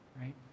right